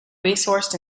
resourced